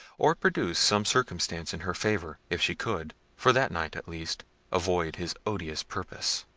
or produce some circumstance in her favour, if she could for that night, at least avoid his odious purpose.